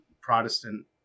Protestant